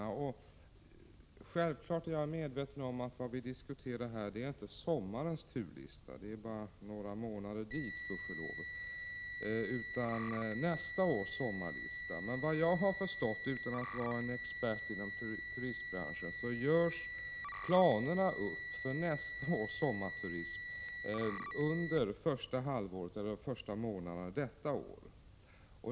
Jag är självfallet medveten om att vi nu inte diskuterar sommarens turlista — det är gudskelov bara några månader dit — utan nästa års sommarturlista. Vad jag har förstått, utan att vara expert inom turistbranschen, är att planerna för nästa års sommarturism görs upp under de första månaderna av detta år.